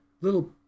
little